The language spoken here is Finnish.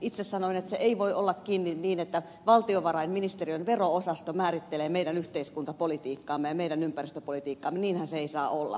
itse sanoin että se ei voi olla kiinni siitä että valtiovarainministeriön vero osasto määrittelee meidän yhteiskuntapolitiikkaamme ja meidän ympäristöpolitiikkaamme niinhän se ei saa olla